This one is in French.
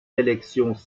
élections